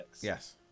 Yes